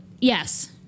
Yes